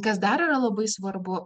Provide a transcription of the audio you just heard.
kas dar yra labai svarbu